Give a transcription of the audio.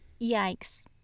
Yikes